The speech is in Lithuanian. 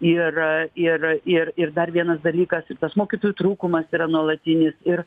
ir ir ir ir dar vienas dalykas ir tas mokytojų trūkumas yra nuolatinis ir